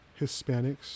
Hispanics